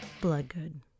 Bloodgood